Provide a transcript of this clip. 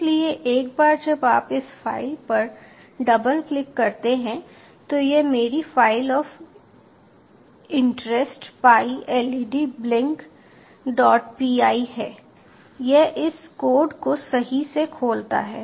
इसलिए एक बार जब आप इस फाइल पर डबल क्लिक करते हैं तो यह मेरी file of interest pi LED blink dot py है यह इस कोड को सही से खोलता है